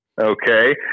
okay